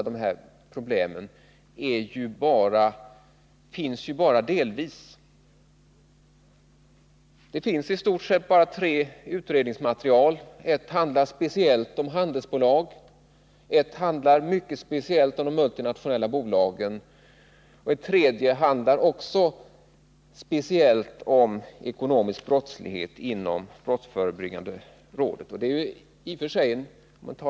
Det finns i stort sett bara material från tre utredningar: en handlar speciellt om handelsbolag, en annan handlar mycket speciellt om de multinationella bolagen och en tredje handlar speciellt om ekonomisk brottslighet och har gjorts inom brottsförebyggande rådet.